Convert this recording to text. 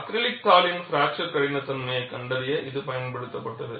acrylic தாளின் fracture கடினத்தன்மையைக் கண்டறிய இது பயன்படுத்தப்பட்டது